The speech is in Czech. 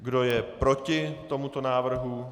Kdo je proti tomuto návrhu?